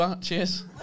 Cheers